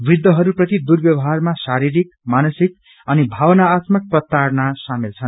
वृद्धहरू प्रति दुर्व्यवहार मा शारीरिक मानसिक अनि भवनात्मक प्रताड़ना शामेल छ